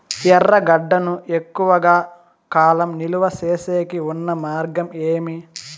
ఎర్రగడ్డ ను ఎక్కువగా కాలం నిలువ సేసేకి ఉన్న మార్గం ఏమి?